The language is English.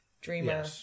dreamer